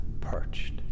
perched